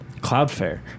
Cloudflare